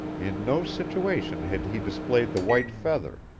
in no situation had he displayed the white feather,